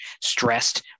stressed